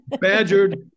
badgered